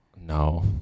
No